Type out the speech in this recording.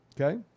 Okay